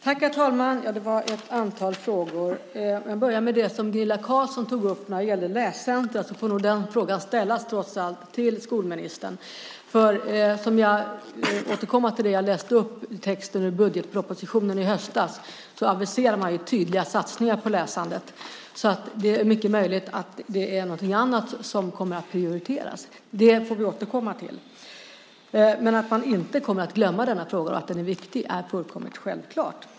Herr talman! Det var ett antal frågor. Jag börjar med det som Gunilla Carlsson tog upp om läscentrum. Den frågan får nog trots allt ställas till skolministern. I den text jag läste upp ur budgetpropositionen från i höstas aviserar man ju tydliga satsningar på läsandet. Det är mycket möjligt att det är något annat som kommer att prioriteras. Det får vi återkomma till. Man att man inte kommer att glömma denna fråga och att den är viktig är fullkomligt självklart.